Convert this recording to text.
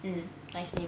mm nice name